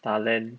打 LAN